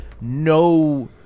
no